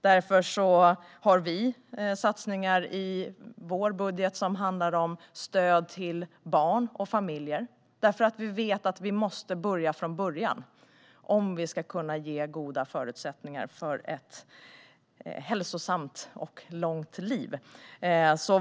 Därför har vi satsningar i vår budget som handlar om stöd till barn och familjer, för vi vet att vi måste börja från början om vi ska kunna ge goda förutsättningar för ett hälsosamt och långt liv.